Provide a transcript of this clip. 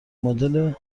مدل